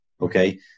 okay